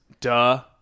Duh